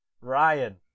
Ryan